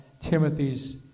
Timothy's